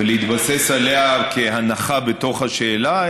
ולהתבסס עליה כהנחה בתוך השאלה,